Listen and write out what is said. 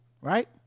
right